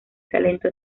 talento